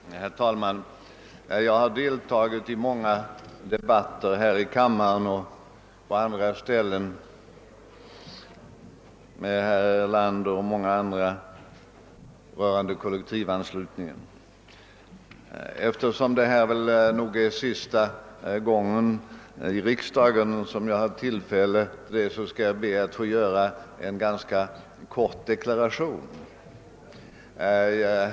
Herr talman! Jag har deltagit i många debatter rörande kollektivanslutningen, både här i kammaren och på andra ställen, med herr Erlander och många andra. Eftersom detta väl är sista gången som jag har tillfälle att göra det i riksdagen, skall jag be att få göra en ganska kort deklaration.